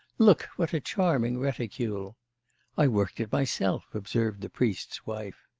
look, what a charming reticule i worked it myself observed the priest's wife.